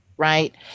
right